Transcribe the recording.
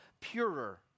purer